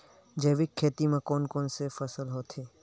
जैविक खेती म कोन कोन से फसल होथे?